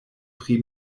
pri